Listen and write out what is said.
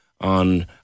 on